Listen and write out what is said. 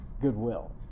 goodwill